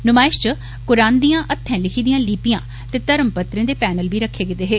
नुमाइश च कुरान दिया हत्थैं लिखी दिया लिपिया ते धर्मपत्रे दे पैनल बी रक्खे गेदे न